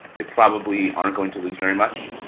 they probably aren't going to lose very much.